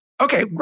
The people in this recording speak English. Okay